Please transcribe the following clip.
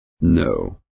No